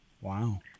Wow